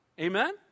Amen